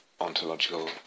ontological